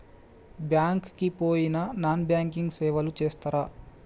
Bank కి పోయిన non banking సేవలు చేస్తరా?